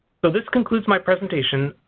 so this concludes my presentation.